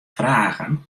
fragen